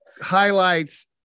highlights